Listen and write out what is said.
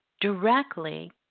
directly